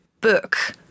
book